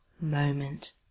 moment